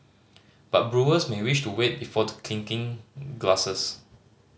but brewers may wish to wait before clinking glasses